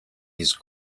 his